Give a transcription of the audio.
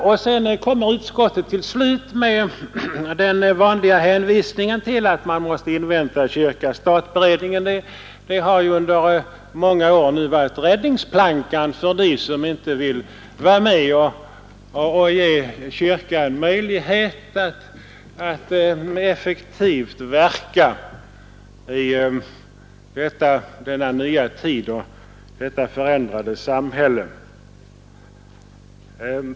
Till slut hänvisar utskottet som vanligt till att man måste invänta kyrka—stat-beredningen. Det har nu under många år varit räddningsplankan för dem som inte vill vara med att ge kyrkan möjlighet att effektivt verka i denna nya tid och detta förändrade samhälle.